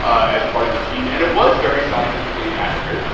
as part of the team. and it was very scientifically accurate,